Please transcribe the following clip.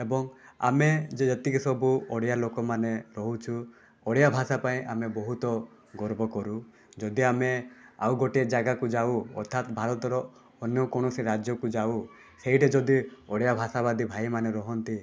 ଏବଂ ଆମେ ଯେ ଯେତିକି ସବୁ ଓଡ଼ିଆ ଲୋକମାନେ ରହୁଛୁ ଓଡ଼ିଆ ଭାଷା ପାଇଁ ଆମେ ବହୁତ ଗର୍ବ କରୁ ଯଦି ଆମେ ଆଉ ଗୋଟେ ଜାଗାକୁ ଯାଉ ଅର୍ଥାତ୍ ଭାରତର ଅନ୍ୟ କୌଣସି ରାଜ୍ୟକୁ ଯାଉ ସେଇଠି ଯଦି ଓଡ଼ିଆ ଭାଷାବାଦୀ ଭାଇମାନେ ରୁହନ୍ତି